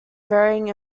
varying